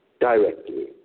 directly